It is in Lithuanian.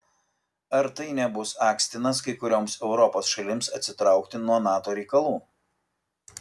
ar tai nebus akstinas kai kurioms europos šalims atsitraukti nuo nato reikalų